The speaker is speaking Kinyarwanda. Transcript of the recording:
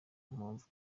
mpamvu